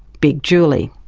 big julie.